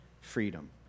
freedom